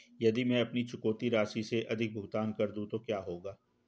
यदि मैं अपनी चुकौती राशि से अधिक भुगतान कर दूं तो क्या होगा?